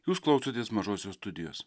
jūs klausotės mažosios studijos